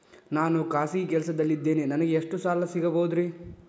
ನಾನು ಖಾಸಗಿ ಕೆಲಸದಲ್ಲಿದ್ದೇನೆ ನನಗೆ ಎಷ್ಟು ಸಾಲ ಸಿಗಬಹುದ್ರಿ?